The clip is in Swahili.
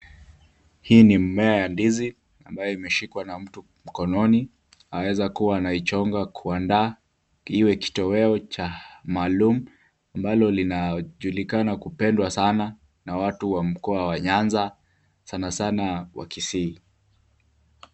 Huu ni mmea ya ndizi ambayo imeshikwa na mtu mkononi. Anaweza kuwa anaichonga kuandaa kiwe kitoweo cha maalum ambalo linajulikana kupendwa sana na watu wa mukoa wa Nyanza sana sana wakisii.